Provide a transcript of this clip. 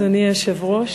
אדוני היושב-ראש,